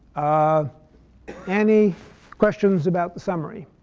ah any questions about the summary?